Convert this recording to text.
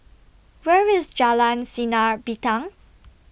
Where IS Jalan Sinar Bintang